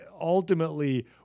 ultimately